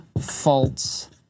false